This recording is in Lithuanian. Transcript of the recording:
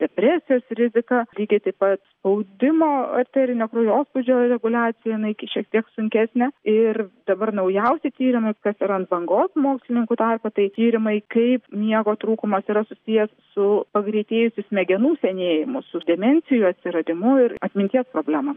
depresijos rizika lygiai taip pat spaudimo arterinio kraujospūdžio reguliacija na ji šiek tiek sunkesnė ir dabar naujausi tyrimai kas ir ant bangos mokslininkų tarpe tai tyrimai kaip miego trūkumas yra susijęs su pagreitėjusiu smegenų senėjimu su demensijos atsiradimu ir atminties problemom